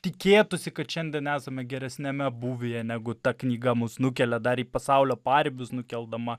tikėtųsi kad šiandien esame geresniame būvyje negu ta knyga mus nukelia dar į pasaulio paribius nukeldama